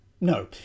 No